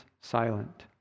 silent